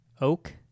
oak